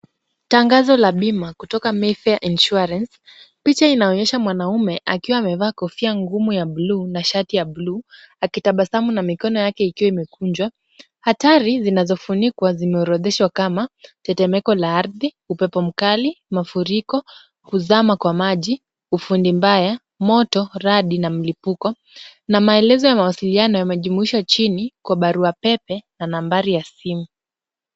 Tangazo la bima kutoka Mayfair Insurance. Picha inaonyesha mwanamume akiwa amevaa kofia ngumu ya buluu na shati ya buluu akitabasamu na mikono yake ikiwa imekunjwa. Hatari zinazofunikwa zimeorodheshwa kama tetemeko la ardhi, upepo mkali, mafuriko, kuzama kwa maji, ufundi mbaya, moto, radi na mlipuko na maelezo ya mawasiliano yamejumuishwa chini kwa barua pepe na nambari ya simu.